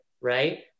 right